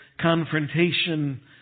confrontation